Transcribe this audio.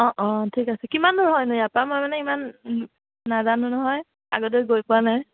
ঠিক আছে কিমান দূৰ হয়নো ইয়াৰ পৰা মই মানে ইমান নাজানো নহয় আগতে গৈ পোৱা নাই